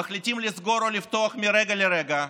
מחליטים לסגור או לפתוח מרגע לרגע.